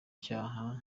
cyaha